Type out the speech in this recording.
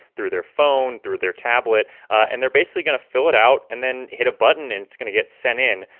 through their phone, through their tablet. and they're basically going to fill it out and then hit a button. and it's going to get sent in.